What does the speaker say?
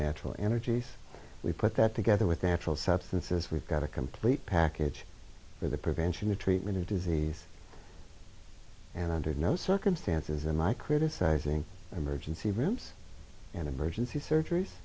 natural energies we put that together with the natural substances we've got a complete package for the prevention the treatment of disease and under no circumstances in my criticizing emergency rooms and emergency surgeries